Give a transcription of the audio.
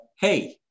hey